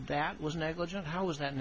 that was negligent how was that